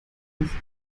ich